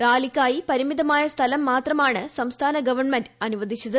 റാലിക്കായി പരിമിതമായ സ്ഥലംമാത്രമാണ് സംസ്ഥാന ഗവൺമെന്റ് അനുവദിച്ചത്